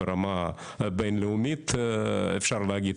ברמה בינלאומית אפשר להגיד,